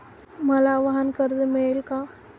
मला वाहनकर्ज मिळेल का?